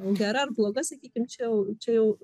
gera ar bloga sakykim čia jau čia jau